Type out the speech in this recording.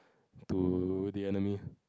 to the enemy